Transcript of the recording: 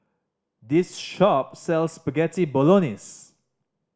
this shop sells Spaghetti Bolognese